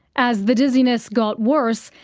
as the dizziness got worse,